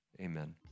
Amen